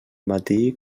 matí